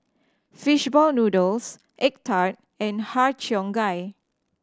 fish ball noodles egg tart and Har Cheong Gai